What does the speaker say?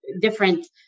different